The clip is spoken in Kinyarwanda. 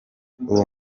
uwo